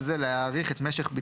לצערי אני רק,